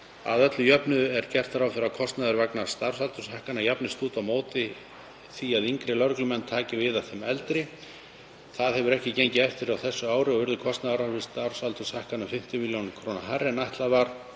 Að öllu jöfnu er gert ráð fyrir að kostnaður vegna starfsaldurshækkana jafnist út á móti því að yngri lögreglumenn taki við af þeim sem eldri eru. Það hefur ekki gengið eftir á þessu ári og urðu kostnaðaráhrif starfsaldurshækkana um 50 millj. kr. hærri en áætlað var.